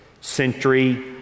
century